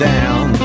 down